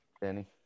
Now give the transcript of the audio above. Danny